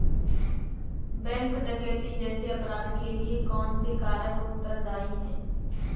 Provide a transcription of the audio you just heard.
Bank डकैती जैसे अपराध के लिए कौन से कारक उत्तरदाई हैं?